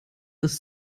ist